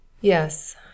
Yes